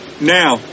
Now